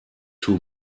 too